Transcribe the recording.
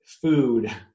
food